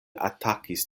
atakis